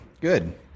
Good